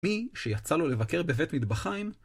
מי שיצא לו לבקר בבית מטבחיים...